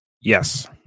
Yes